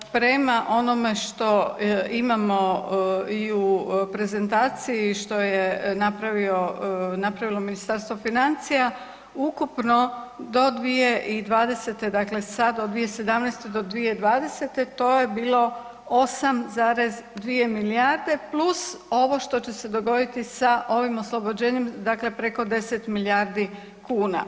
Prema onome što imamo i u prezentaciji što je napravilo Ministarstvo financija ukupno do 2020., dakle sad od 2017. do 2020. to je bilo 8,2 milijarde plus ovo što će se dogoditi sa ovim oslobođenjem, dakle preko 10 milijardi kuna.